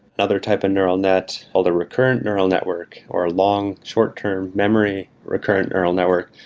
another type of neural net, all the recurrent neural network, or along short-term memory recurrent neural network.